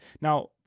Now